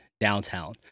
downtown